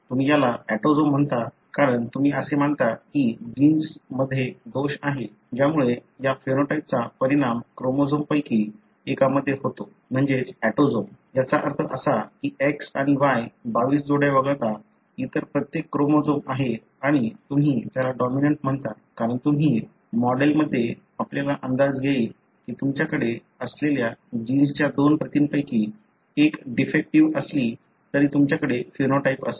तुम्ही याला ऑटोसोम म्हणता कारण तुम्ही असे मानता की जीन्समध्ये दोष आहे ज्यामुळे या फेनोटाइपचा परिणाम क्रोमोझोम पैकी एकामध्ये होतो म्हणजेच ऑटोसोम याचा अर्थ असा की X आणि Y 22 जोड्या वगळता इतर प्रत्येक क्रोमोझोम आहे आणि तुम्ही त्याला डॉमिनंट म्हणता कारण तुम्ही मॉडेलमध्ये आपल्याला अंदाज येईल की तुमच्याकडे असलेल्या जीन्सच्या दोन प्रतींपैकी एक डिफेक्टीव्ह असली तरी तुमच्याकडे फेनोटाइप असेल